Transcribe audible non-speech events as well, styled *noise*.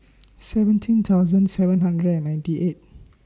*noise* seventeen thousand seven hundred and ninety eight